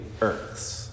Earths